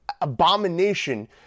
abomination